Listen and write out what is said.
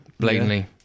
Blatantly